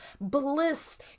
bliss